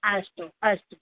अस्तु अस्तु